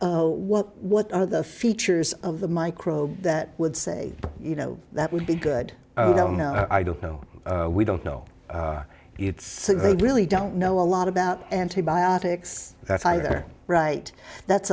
what what are the features of the microbe that would say you know that would be good i don't know i don't know we don't know it's really don't know a lot about antibiotics that's either right that's